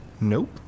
Nope